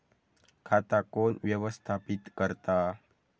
खाता कोण व्यवस्थापित करता?